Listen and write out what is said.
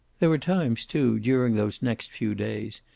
there were times, too, during those next few days,